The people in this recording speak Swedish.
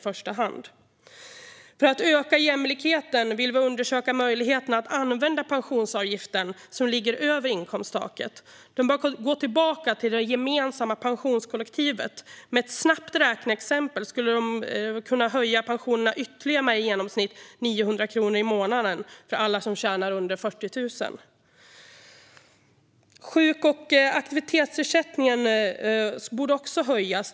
För att öka jämlikheten vill vi undersöka möjligheten att använda den pensionsavgift som ligger över inkomsttaket. Den bör gå tillbaka till det gemensamma pensionskollektivet. Med ett snabbt räkneexempel skulle pensionerna kunna höjas med i genomsnitt ytterligare 900 kronor i månaden för alla som tjänar under 40 000. Sjuk och aktivitetsersättningen borde också höjas.